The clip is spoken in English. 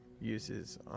Uses